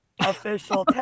Official